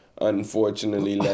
unfortunately